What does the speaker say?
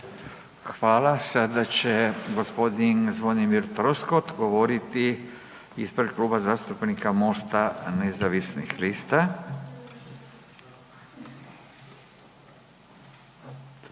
Hvala. Sada će g. Zvonimir Troskot govoriti ispred Kluba zastupnika MOST-a nezavisnih lista, izvolite.